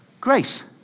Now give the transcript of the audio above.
grace